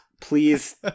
please